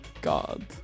God